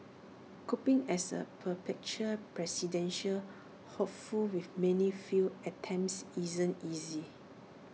coping as A perpetual presidential hopeful with many failed attempts isn't easy